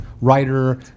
writer